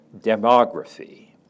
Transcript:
demography